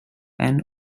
and